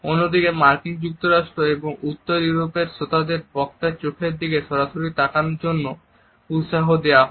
অন্যদিকে মার্কিন যুক্তরাষ্ট্র এবং উত্তর ইউরোপের শ্রোতাদের বক্তার চোখের দিকে সরাসরি তাকানোর জন্য উৎসাহ দেওয়া হয়